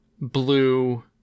blue